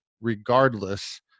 Regardless